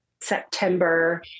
September